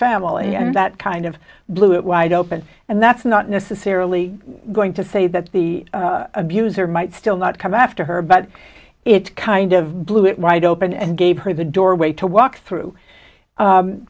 family and that kind of blew it wide open and that's not necessarily going to say that the abuser might still not come after her but it kind of blew it right open and gave her the doorway to walk through